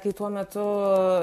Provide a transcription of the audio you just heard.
kai tuo metu